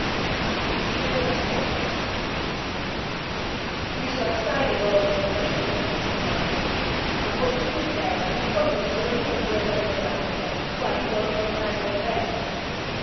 sua deliberazione risero assai le donne della sciocchezza di silverio ma molto più ridevano quando le soveniva il duello delle bracche qual di loro portar le dovesse